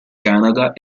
canada